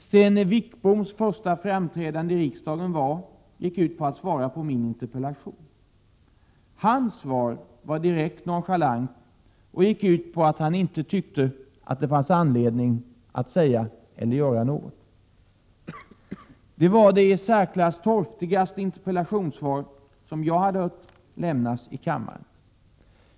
Sten Wickboms första framträdande i riksdagen var när han svarade på min interpellation. Hans svar var direkt nonchalant och gick ut på att han inte tyckte att det fanns anledning att säga eller göra något. Detta var det i särklass torftigaste interpellationssvar som jag hade hört lämnas i kammaren.